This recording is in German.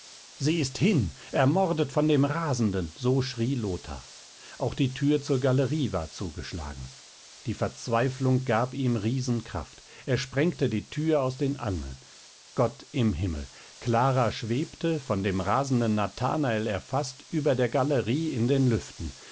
sie ist hin ermordet von dem rasenden so schrie lothar auch die tür zur galerie war zugeschlagen die verzweiflung gab ihm riesenkraft er sprengte die tür aus den angeln gott im himmel clara schwebte von dem rasenden nathanael erfaßt über der galerie in den lüften